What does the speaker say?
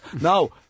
No